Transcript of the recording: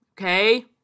Okay